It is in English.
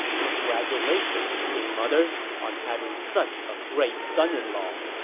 congratulations, queen mother, on having such a great son-in-law.